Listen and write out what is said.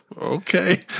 okay